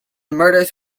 murders